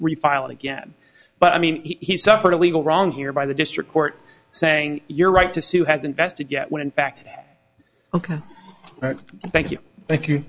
refile again but i mean he suffered a legal wrong here by the district court saying your right to sue has invested yet when in fact ok thank you thank you